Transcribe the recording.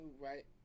right